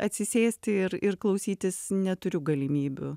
atsisėsti ir ir klausytis neturiu galimybių